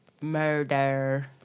murder